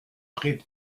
dreht